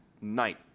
night